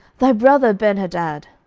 thy brother benhadad.